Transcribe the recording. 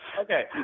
Okay